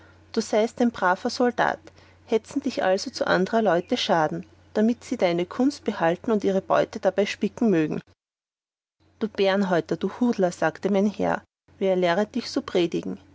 du seist ein braver soldat hetzen dich also zu anderer leute schaden damit sie deine gunst behalten und ihre beutel darbei spicken mögen du bärnhäuter du hudler sagte mein herr wer lernet dich so predigen